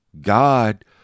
God